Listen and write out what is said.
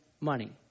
money